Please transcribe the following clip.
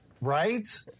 Right